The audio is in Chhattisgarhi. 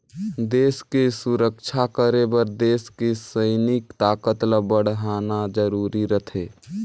देस के सुरक्छा करे बर देस के सइनिक ताकत ल बड़हाना जरूरी रथें